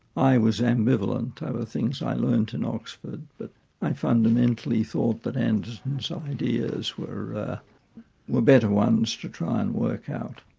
i was ambivalent. other things i learnt in oxford, but i fundamentally thought that anderson's and so ideas were were better ones to try and work out.